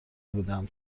بودم